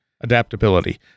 adaptability